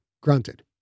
grunted